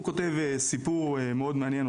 הוא כותב סיפור מאוד מעניין,